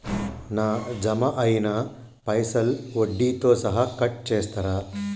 నా జమ అయినా పైసల్ వడ్డీతో సహా కట్ చేస్తరా?